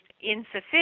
insufficient